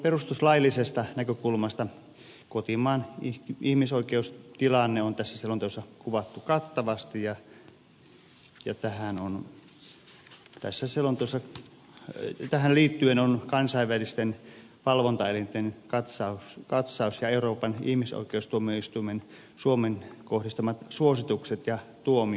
perustuslaillisesta näkökulmasta kotimaan ihmisoikeustilanne on tässä selonteossa kuvattu kattavasti ja tähän liittyen on kansainvälisten valvontaelinten katsaus ja euroopan ihmisoikeustuomioistuimen suomeen kohdistamat suositukset ja tuomiot ovat esillä